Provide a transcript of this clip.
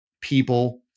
people